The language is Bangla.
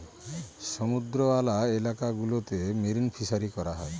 সমুদ্রওয়ালা এলাকা গুলোতে মেরিন ফিসারী করা হয়